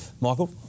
Michael